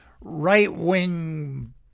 right-wing